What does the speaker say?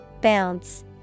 Bounce